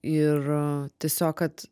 ir tiesiog kad